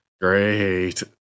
great